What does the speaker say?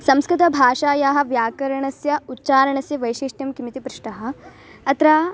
संस्कृतभाषायाः व्याकरणस्य उच्चारणस्य वैशिष्ट्यम् किमिति पृष्टः अत्र